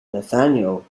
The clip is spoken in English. nathaniel